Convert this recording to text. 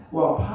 well,